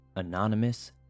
Anonymous